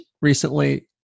recently